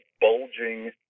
bulging